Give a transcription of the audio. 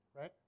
Right